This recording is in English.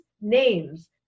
names